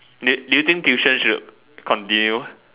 do do you think tuition should continue